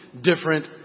different